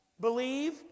believe